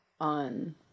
on